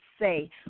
say